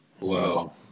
Wow